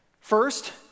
First